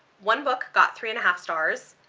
one book got three and a half stars,